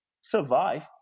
survive